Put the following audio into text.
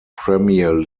premier